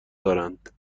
دارند